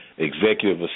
executive